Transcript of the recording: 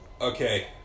Okay